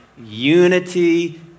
unity